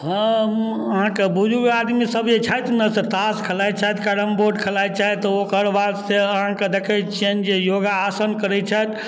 हम अहाँके बुजुर्ग आदमीसब जे छथि ने से ताश खेलाइ छथि कैरम बोर्ड खेलाइ छथि ओकर बाद से अहाँके देखै छिअनि जे योगासन करै छथि